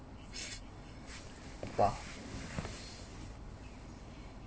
!wah!